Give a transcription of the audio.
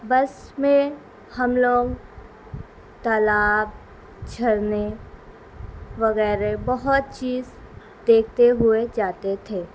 بس میں ہم لوگ تالاب چھرنے وغیرہ بہت چیز دیکھتے ہوئے جاتے تھے